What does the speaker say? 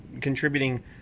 contributing